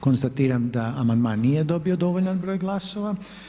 Konstatiram da amandman nije dobio dovoljan broj glasova.